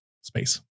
space